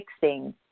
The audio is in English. fixing